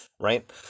right